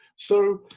so